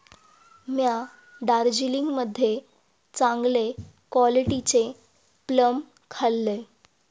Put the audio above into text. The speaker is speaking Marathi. म्या दार्जिलिंग मध्ये चांगले क्वालिटीचे प्लम खाल्लंय